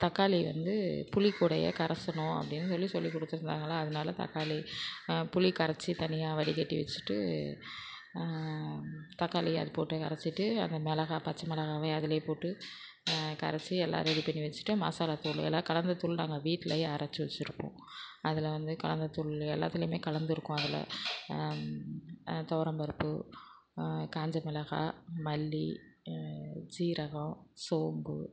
தக்காளியை வந்து புளிக்கூடையே கரசணும் அப்படின்னு சொல்லி சொல்லிக் கொடுத்துருந்தாங்களா அதனால் தக்காளி புளிக் கரைச்சி தனியாக வடிகட்டி வச்சிட்டு தக்காளியை அது போட்டு அரைச்சிட்டு அந்த மிளகா பச்சமிளகாவையும் அதுல போட்டு கரைச்சி எல்லாம் ரெடி பண்ணி வச்சிட்டு மசாலாத் தூள் எல்லாம் கலந்த தூள் நாங்கள் வீட்லயே அரைச்சி வச்சுருப்போம் அதில் வந்து கலந்த தூள் எல்லாத்துலையுமே கலந்துருக்கும் அதில் துவரம் பருப்பு காஞ்ச மிளகா மல்லி ஜீரகம் சோம்பு